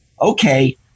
okay